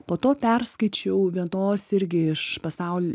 po to perskaičiau vienos irgi iš pasaul